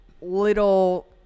little